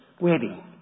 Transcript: wedding